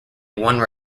one